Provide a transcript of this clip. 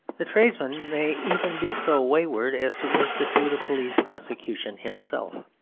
the tradesman may even be so wayward as to institute a police prosecution himself.